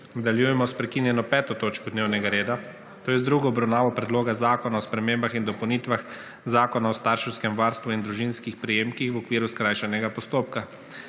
Nadaljujemo s prekinjeno5. točko dnevnega reda – druga obravnava predloga zakona o spremembah in dopolnitvah Zakona o starševskem varstvu in družinskih prejemkih v okviru skrajšanega postopka.